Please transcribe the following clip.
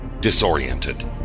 Disoriented